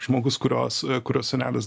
žmogus kurios kurio senelis